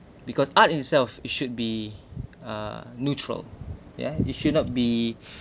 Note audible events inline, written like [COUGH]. because art itself it should be uh neutral yeah it should not be [BREATH]